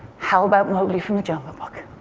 how about mowgli from the jungle book?